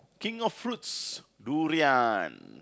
think of fruits durian